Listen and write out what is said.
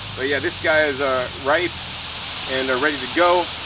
but yeah this guy is ah ripe and ready to go.